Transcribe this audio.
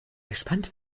gespannt